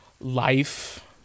life